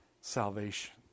salvation